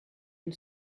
une